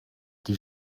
die